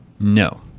No